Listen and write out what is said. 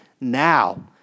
now